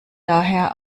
daher